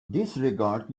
disregard